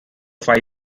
five